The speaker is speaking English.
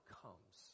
comes